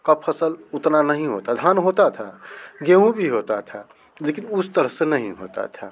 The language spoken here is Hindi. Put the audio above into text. की फ़सल उतनी नहीं होती धान होता था गेहूँ भी होता था लेकिन उस तरह से नहीं होता था